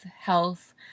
health